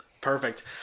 Perfect